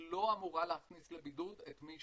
היא לא אמורה להכניס לבידוד את מי